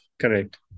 Correct